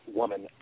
woman